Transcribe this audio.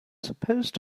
supposed